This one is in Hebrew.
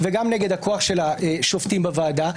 וגם נגד הכוח של השופטים בוועדה,